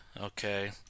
Okay